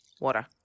Water